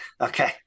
okay